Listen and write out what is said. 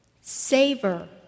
savor